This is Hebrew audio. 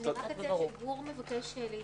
גור מבקש להתייחס.